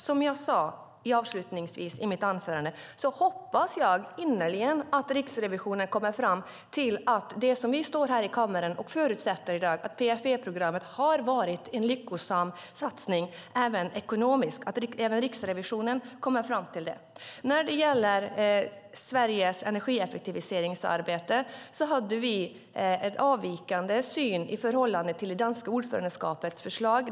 Som jag sade avslutningsvis i mitt anförande hoppas jag innerligen att även Riksrevisionen kommer fram till det vi i dag står här i kammaren och förutsätter, nämligen att PFE-programmet har varit en lyckosam satsning även ekonomiskt. När det gäller Sveriges energieffektiviseringsarbete hade vi en avvikande syn i förhållande till det danska ordförandeskapets förslag.